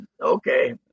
Okay